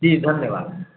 जी धन्यवाद